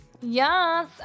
yes